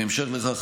בהמשך לכך,